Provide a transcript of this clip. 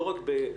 לא רק בישראל.